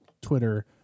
Twitter